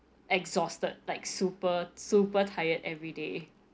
exhausted like super super tired everyday